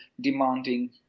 demanding